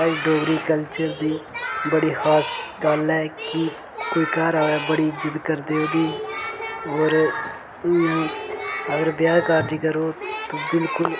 Dogri culture दी बड़ी खास गल्ल ऐ कि कोई घर आवै बड़ी इज्जत करदे ओह्दी और इटयां अगर ब्याह कार्ज करो ते बिल्कुल